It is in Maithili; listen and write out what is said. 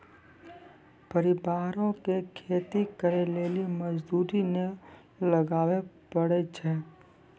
परिवारो के खेती करे लेली मजदूरी नै लगाबै पड़ै छै